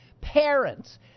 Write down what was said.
Parents